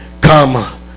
Come